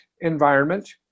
environment